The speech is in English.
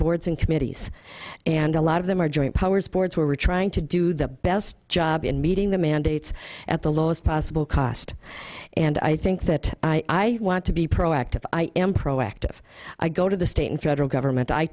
boards in committees and a lot of them are joint powers boards where we're trying to do the best job in meeting the mandates at the lowest possible cost and i think that i want to be proactive i am proactive i go to the state and federal government i